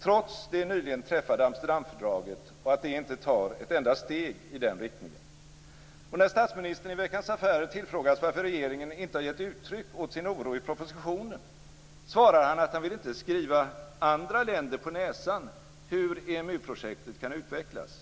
trots att det nyligen träffade Amsterdamfördraget inte tar ett enda steg i den riktningen. När statsministern i Veckans Affärer tillfrågas varför regeringen inte har givit uttryck åt sin oro i propositionen, svarar han att han inte vill skriva andra länder på näsan hur EMU-projektet kan utvecklas.